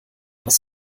was